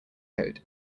coat